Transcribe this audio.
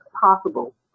possible